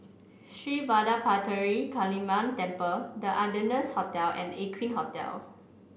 Sri Vadapathira Kaliamman Temple The Ardennes Hotel and Aqueen Hotel